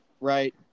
right